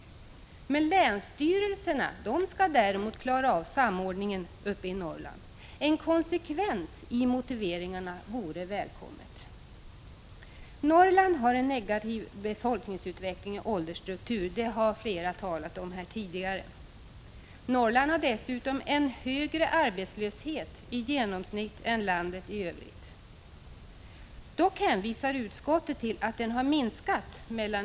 Länsstyrelserna skall däremot klara av samordningen uppe i Norrland. En konsekvens i motiveringarna vore välkommen. Norrland har en negativ befolkningsutveckling och åldersstruktur, som flera här har talat om tidigare. Norrland har dessutom en högre arbetslöshet i genomsnitt än landet i övrigt. Dock hänvisar utskottet till att den har minskat 127 Prot.